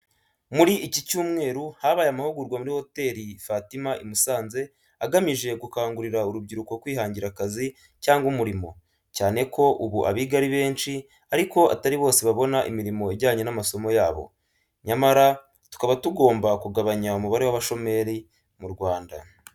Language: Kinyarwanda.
Muri iki cyumweru, habaye amahugurwa muri Hoteli Fatima i Musanze agamije gukangurira urubyiruko kwihangira akazi cyangwa umurimo, cyane ko ubu abiga ari benshi ariko atari bose babona imirimo ijyanye n’amasomo yabo. Nyamara, tukaba tugomba kugabanya umubare w’abashomeri mu Rwanda.